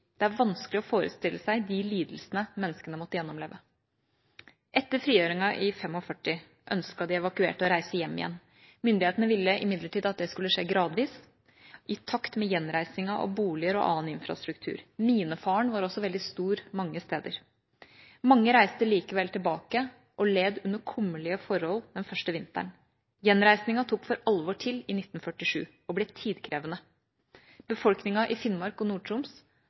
Det er vanskelig å forestille seg de lidelsene disse menneskene måtte gjennomleve. Etter frigjøringen i 1945 ønsket de evakuerte å reise hjem igjen. Myndighetene ville imidlertid at det skulle skje gradvis, i takt med gjenreisningen av boliger og annen infrastruktur. Minefaren var også veldig stor mange steder. Mange reiste likevel tilbake og led under kummerlige forhold den første vinteren. Gjenreisningen tok for alvor til i 1947 og ble tidkrevende. Befolkningen i Finnmark og